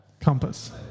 Compass